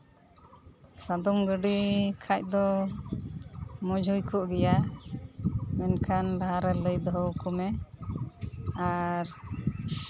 ᱥᱟᱫᱚᱢ ᱜᱟᱹᱰᱤ ᱠᱷᱟᱱ ᱫᱚ ᱢᱚᱡᱽ ᱦᱩᱭ ᱠᱚᱜ ᱜᱮᱭᱟ ᱢᱮᱱᱠᱷᱟᱱ ᱞᱟᱦᱟᱨᱮ ᱞᱟᱹᱭ ᱫᱚᱦᱚ ᱟᱠᱚᱢᱮ ᱟᱨ